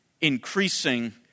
increasing